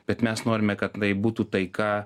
bet mes norime kad tai būtų taika